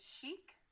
chic